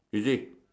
you see